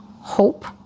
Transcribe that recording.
hope